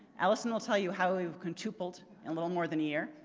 alison will tell you how we've quintupled in little more than a year,